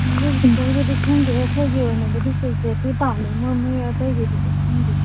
ꯈꯪꯗꯦ ꯑꯩꯈꯣꯏꯒꯤ ꯑꯣꯏꯅꯕꯨꯗꯤ ꯁꯦꯀ꯭ꯌꯨꯔꯤꯇꯤ ꯇꯥꯕꯅꯤ ꯃꯣꯏ ꯃꯣꯏ ꯑꯩꯇꯩꯒꯤꯗꯨꯗꯤ ꯈꯪꯗꯦ